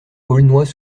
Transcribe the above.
aulnois